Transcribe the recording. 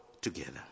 together